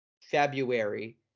February